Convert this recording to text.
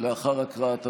לאחר הקראת התוצאות.